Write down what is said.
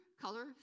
color